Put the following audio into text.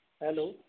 hello